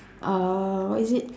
uh what is it